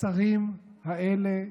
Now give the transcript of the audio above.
השרים האלה,